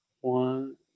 one